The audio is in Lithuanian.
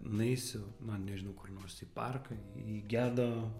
nueisiu na nežinau kur nors į parką į gedo